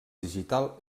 digital